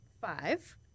five